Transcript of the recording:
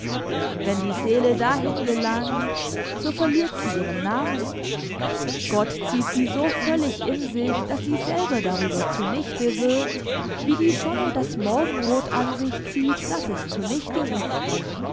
wenn die seele dahin gelangt so verliert sie ihren namen gott zieht sie so völlig in sich daß sie selber darüber zunichte wird wie die sonne das morgenrot an sich zieht daß es zunichte wird